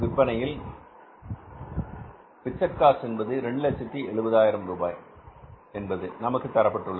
விற்பனையில் fixed cost என்பது 270000 ரூபாய் என்பது நமக்குத் தரப்பட்டுள்ளது